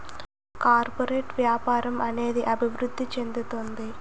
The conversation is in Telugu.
కార్పొరేట్ వ్యాపారం అనేది అభివృద్ధి చెందుతుంది